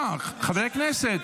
חברי הכנסת,